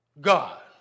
God